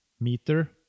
meter